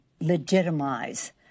legitimize